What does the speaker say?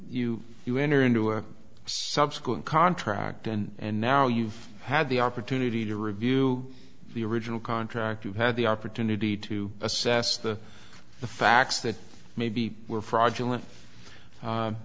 you you enter into a subsequent contract and now you've had the opportunity to review the original contract you've had the opportunity to assess the facts that maybe were fraudulent